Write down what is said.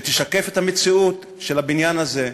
את המציאות של הבניין הזה,